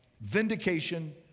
Vindication